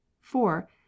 four